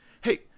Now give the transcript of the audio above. Hey